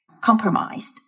compromised